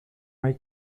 hay